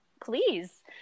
please